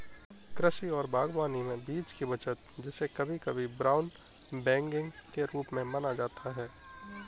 कृषि और बागवानी में बीज की बचत जिसे कभी कभी ब्राउन बैगिंग के रूप में जाना जाता है